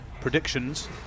predictions